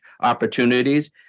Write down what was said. opportunities